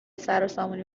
سروسامونی